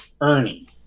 Ernie